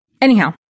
Anyhow